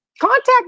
contact